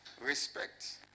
Respect